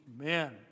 Amen